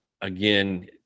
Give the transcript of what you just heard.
again